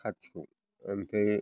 खाथिखौ ओमफ्राय